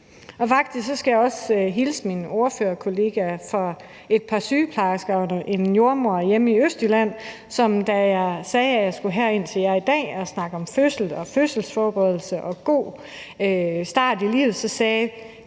jeg også hilse mine ordførerkolleger fra et par sygeplejersker og en jordemoder hjemme i Østjylland, som, da jeg sagde, at jeg skulle herind til jer i dag og snakke om fødsel og fødselsforberedelse og en god start på livet, sagde: